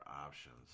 options